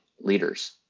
leaders